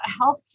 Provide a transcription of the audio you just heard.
healthcare